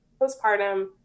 postpartum